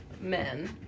men